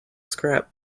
scrap